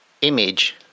image